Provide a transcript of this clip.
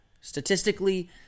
Statistically